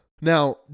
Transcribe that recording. Now